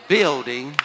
building